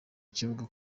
kibuga